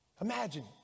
Imagine